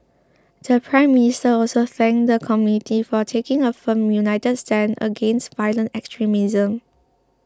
the Prime Minister also thanked the community for taking a firm united stand against violent extremism